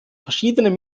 verschiedenen